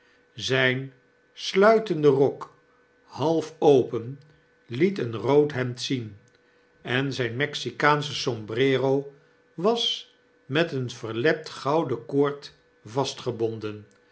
zijn sluitende rok half open liet een rood hemd zien en zyn mexikaansche sombrero was met een verlept gouden koord